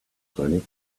clinic